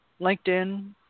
LinkedIn